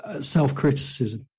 self-criticism